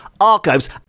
Archives